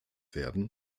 werden